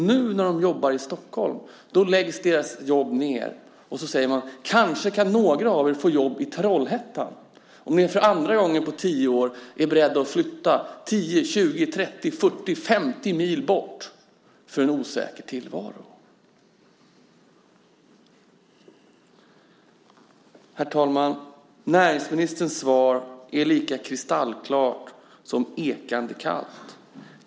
Nu när de jobbar i Stockholm läggs deras jobb ned och så säger man att några av er kanske kan få jobb i Trollhättan om ni för andra gången på tio år är beredda att flytta 10, 20, 30, 40 eller 50 mil bort för en osäker tillvaro. Herr talman! Näringsministerns svar är lika kristallklart som ekande kallt.